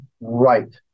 right